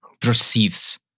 perceives